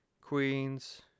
queens